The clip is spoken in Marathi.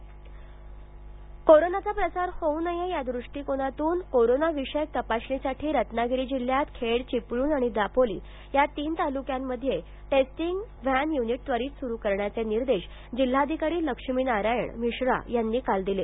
रत्नागिरी टेस्टिंग व्हॅन करोनाचा प्रसार होऊ नये या दृष्टिकोनातून करोनाविषयक तपासणीसाठी रत्नागिरी जिल्ह्यात खेड चिपळूण आणि दापोली या तीन तालुक्यांमध्ये टेस्टिंग व्हॅन यूनिट त्वरित सुरू करण्याचे निर्देश जिल्हाधिकारी लक्ष्मीनारायण मिश्रा यांनी काल दिले